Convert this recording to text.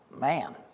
Man